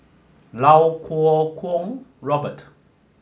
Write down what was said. Iau Kuo Kwong Robert